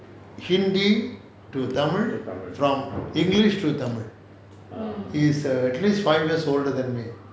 hindi to tamil from english to tamil he is err at least five years older than me